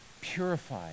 purify